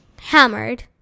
hammered